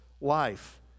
life